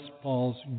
Paul's